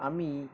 আমি